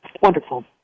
Wonderful